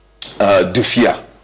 Dufia